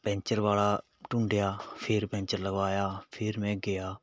puncture ਵਾਲਾ ਢੂੰਡਿਆ ਫਿਰ ਪੈਂਚਰ ਲਗਵਾਇਆ ਫਿਰ ਮੈਂ ਗਿਆ